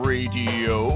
Radio